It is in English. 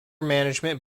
management